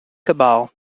cabal